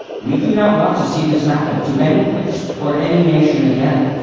we do not want to see this happen to any place or any nation again,